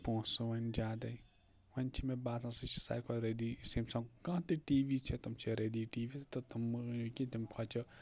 پۅنٛسہٕ وۅنۍ زیادَے وۅنۍ چھِ مےٚ باسان سُہ چھِ سارِوٕے کھۄتہٕ رٔدی سیمسنٛگ کانٛہہ تہِ ٹی وی چھِ تِم چھِ رٔدی ٹی وی تہٕ تِم مہٕ أنِو کیٚنٛہہ تَمہِ کھۄتہٕ چھِ